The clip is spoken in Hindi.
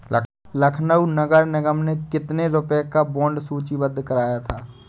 लखनऊ नगर निगम ने कितने रुपए का बॉन्ड सूचीबद्ध कराया है?